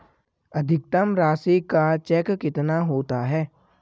अधिकतम राशि का चेक कितना होता है?